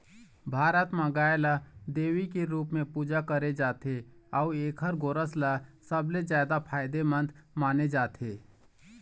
भारत म गाय ल देवी के रूप पूजा करे जाथे अउ एखर गोरस ल सबले जादा फायदामंद माने जाथे